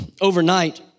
overnight